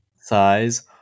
size